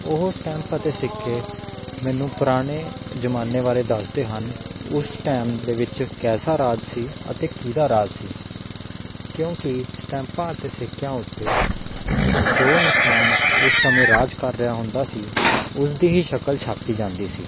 ਉਹ ਅਤੇ ਸਿੱਕੇ ਮੈਨੂੰ ਪੁਰਾਣੇ ਜ਼ਮਾਨੇ ਬਾਰੇ ਦੱਸਦੇ ਹਨ ਉਸ ਟਾਈਮ ਦੇ ਵਿੱਚ ਕੈਸਾ ਰਾਜ ਸੀ ਅਤੇ ਕਿਹਦਾ ਰਾਜ ਸੀ ਕਿਉਂਕਿ ਸਟੈਂਪਾਂ ਅਤੇ ਸਿੱਕਿਆ ਉੱਤੇ ਜੋ ਇਨਸਾਨ ਉਸ ਸਮੇਂ ਰਾਜ ਕਰ ਰਿਹਾ ਹੁੰਦਾ ਸੀ ਉਸ ਦੀ ਹੀ ਸ਼ਕਲ ਛਾਪੀ ਜਾਂਦੀ ਸੀ